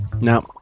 Now